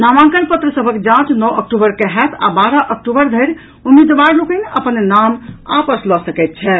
नामांकन पत्र सभक जांच नओ अक्टूबर के होयत आ बारह अक्टूबर धरि उम्मीदवार लोकनि अपन नाम आपस लऽ सकैत छथि